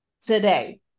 today